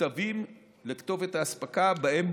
מכתבים לכתובת האספקה ובהם